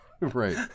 right